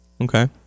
Okay